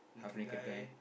half naked guy